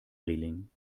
reling